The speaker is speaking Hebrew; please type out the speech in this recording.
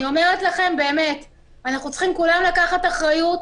אנחנו צריכים כולם לקחת אחריות,